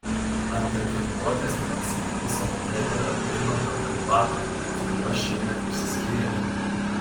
ar per treniruotes nepasigendi savo trenerio rimanto kalibato su kuriuo šiemet išsiskyrėte